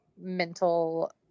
mental